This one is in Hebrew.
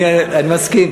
אני מסכים.